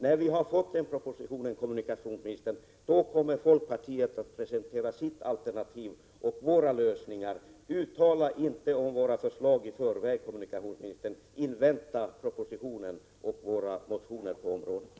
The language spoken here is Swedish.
När den propositionen kommer skall folkpartiet presentera sina alternativ och lösningar. Uttala er inte om våra förslag i förväg, kommunikationsministern! Invänta våra motioner när propositionen har lagts fram!